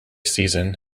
season